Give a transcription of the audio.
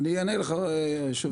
אני אענה לך, היושב-ראש.